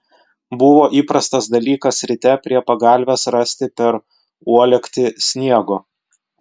buvo įprastas dalykas ryte prie pagalvės rasti per uolektį sniego